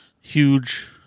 Huge